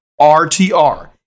RTR